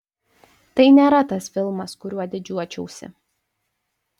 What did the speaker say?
tai nėra tas filmas kuriuo didžiuočiausi